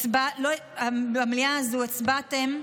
הצבעתם,